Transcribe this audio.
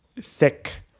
thick